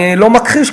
אני לא מכחיש.